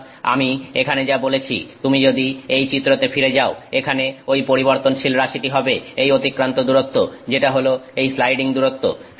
সুতরাং আমি এখানে যা বলেছি তুমি যদি এই চিত্রতে ফিরে যাও এখানে ওই পরিবর্তনশীল রাশিটি হবে এই অতিক্রান্ত দূরত্ব যেটা হলো এই স্লাইডিং দূরত্ব